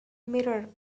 mirror